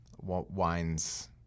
wines